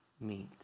meet